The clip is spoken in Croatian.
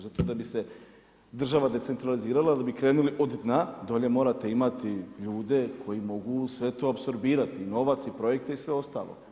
Zato da bi se država decentralizirala onda bi krenuli od dna, dolje morate imati ljude koji mogu sve to apsorbirati i novac i projekte i sve ostalo.